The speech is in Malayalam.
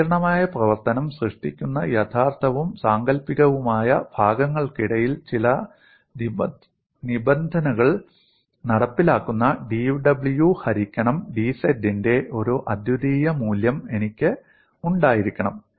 സങ്കീർണ്ണമായ പ്രവർത്തനം സൃഷ്ടിക്കുന്ന യഥാർത്ഥവും സാങ്കൽപ്പികവുമായ ഭാഗങ്ങൾക്കിടയിൽ ചില നിബന്ധനകൾ നടപ്പിലാക്കുന്ന dw ഹരിക്കണം dz ന്റെ ഒരു അദ്വിതീയ മൂല്യം എനിക്ക് ഉണ്ടായിരിക്കണം